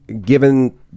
given